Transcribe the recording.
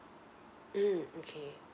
mm okay